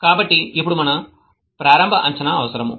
కాబట్టి ఇప్పుడు మనకు ప్రారంభ అంచనా అవసరం